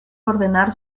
ordenar